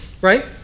Right